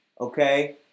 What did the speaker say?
okay